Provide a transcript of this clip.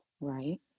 Right